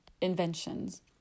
inventions